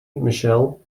michelle